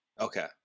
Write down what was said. Okay